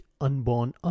unborn